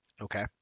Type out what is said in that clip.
Okay